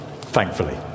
thankfully